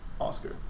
Oscar